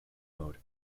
mode